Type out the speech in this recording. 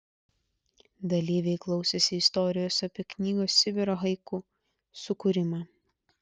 dalyviai klausėsi istorijos apie knygos sibiro haiku sukūrimą